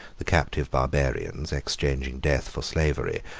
the captive barbarians, exchanging death for slavery,